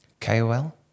KOL